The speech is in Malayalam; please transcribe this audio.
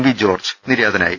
വി ജോർജ്ജ് നിര്യാതനായി